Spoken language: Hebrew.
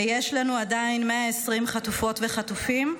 ועדיין יש לנו 120 חטופות וחטופים,